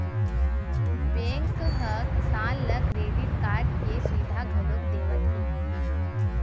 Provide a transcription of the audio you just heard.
bank ह किसान ल क्रेडिट कारड के सुबिधा घलोक देवत हे